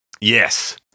Yes